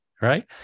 Right